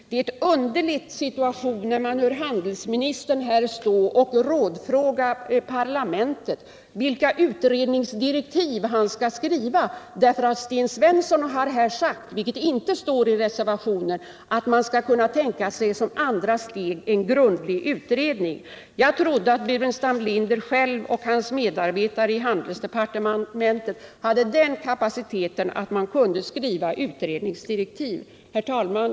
Det är en underlig situation att här höra handelsministern stå och rådfråga parlamentet om vilka utredningsdirektiv han skall skriva, därför att Sten Svensson här har sagt att man som andra steg skall kunna tänka sig en grundlig utredning. Det står inte i reservationen. Jag trodde att herr Burenstam Linder själv och hans medarbetare i handelsdepartementet hade kapaciteten att kunna skriva utredningsdirektiv. Herr talman!